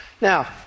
Now